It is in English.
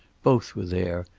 both were there,